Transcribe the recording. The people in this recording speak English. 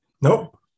nope